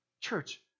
Church